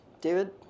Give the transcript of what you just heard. David